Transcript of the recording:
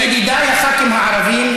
ידידיי הח"כים הערבים,